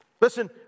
Listen